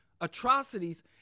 atrocities